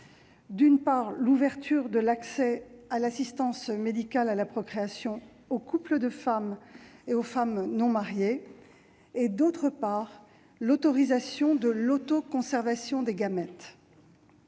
d'une part, l'ouverture de l'accès à l'assistance médicale à la procréation aux couples de femmes et aux femmes non mariées ; d'autre part, l'autorisation de l'autoconservation des gamètes.